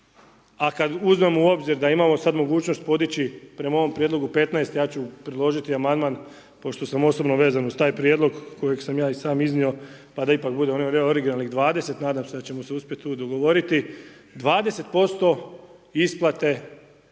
A kad uzmemo u obzir da imamo sad mogućnost podići prema ovom prijedlogu 15, ja ću predložiti amandman pošto sam osobno vezan uz taj prijedlog kojeg sam ja i sam iznio pa ipak bude onih originalnih 20. Nadam se da ćemo se uspjeti tu dogovoriti, 20% isplate